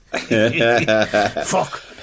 Fuck